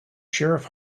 sheriff